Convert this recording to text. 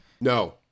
no